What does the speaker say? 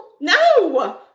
No